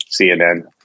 CNN